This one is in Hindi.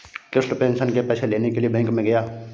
कृष्ण पेंशन के पैसे लेने के लिए बैंक में गया